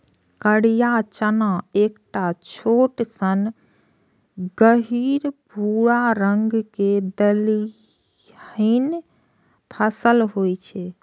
करिया चना एकटा छोट सन गहींर भूरा रंग के दलहनी फसल छियै